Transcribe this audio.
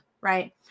right